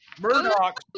Murdoch